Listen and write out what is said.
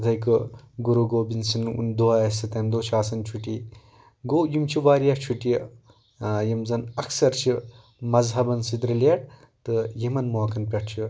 یِتھَے کٔنۍ گُروٗ گوبِنٛد سُنٛد دۄہ آسہِ تیٚمہِ دۄہ چھِ آسان چھُٹی گوٚو یِم چھِ واریاہ چُھٹیہِ یِم زَن اَکثر چھِ مَذہَبن سٕتۍ رِلیٹ تہٕ یِمن موقعن پٮ۪ٹھ چھِ